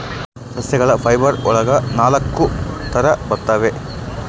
ಸಸ್ಯಗಳ ಫೈಬರ್ ಒಳಗ ನಾಲಕ್ಕು ತರ ಬರ್ತವೆ